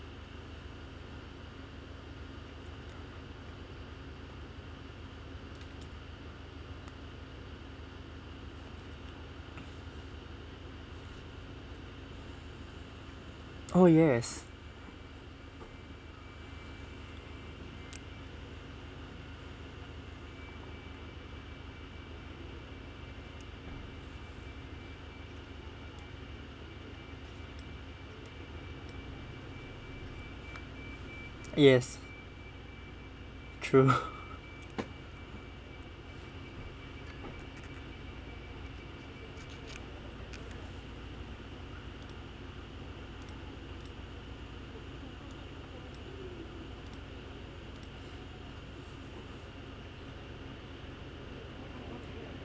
oh yes yes true